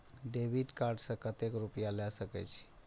Debit card से कतेक रूपया ले सके छै?